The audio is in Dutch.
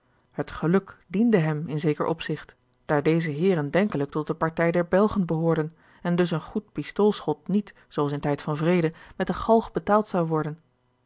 het geluk diende hem in zeker opzigt daar deze heeren denkelijk tot de partij der belgen behoorden en dus een goed pistoolschot niet zoo als in tijd van vrede met de galg betaald zou worden